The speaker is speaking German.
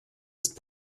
ist